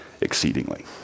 exceedingly